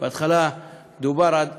בהתחלה דובר על גן,